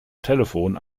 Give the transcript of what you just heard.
telefon